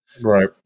Right